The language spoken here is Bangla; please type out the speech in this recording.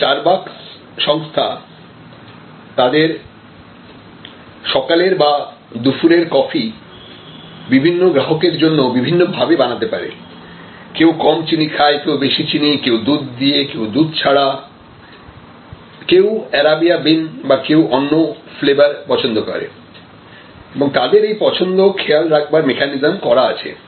স্টারবাকস সংস্থা তাদের সকালের বা দুপুরের কফি বিভিন্ন গ্রাহকের জন্য বিভিন্নভাবে বানাতে পারে কেউ কম চিনি দিয়ে খায় কেউ বেশি চিনি কেউ দুধ দিয়ে কেউ দুধ ছাড়া কেউ অ্যারাবিয়া বিন বা কেউ অন্য ফ্লেভার পছন্দ করে এবং তাদের এই পছন্দ খেয়াল রাখবার মেকানিজম করা আছে